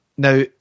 Now